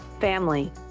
family